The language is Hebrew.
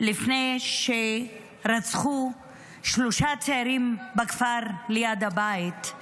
לפני שרצחו שלושה צעירים בכפר ליד הבית,